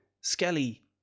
Skelly